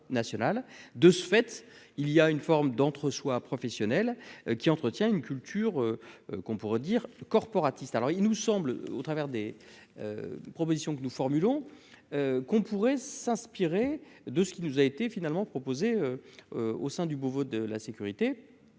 de ce fait, il y a une forme d'entre soit professionnel qui entretient une culture qu'on pourrait dire, le corporatiste, alors il nous semble, au travers des propositions que nous formulons qu'on pourrait s'inspirer de ce qui nous a été finalement proposées au sein du Beauvau de la sécurité,